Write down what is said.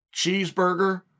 Cheeseburger